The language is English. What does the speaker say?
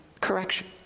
correction